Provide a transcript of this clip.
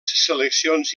seleccions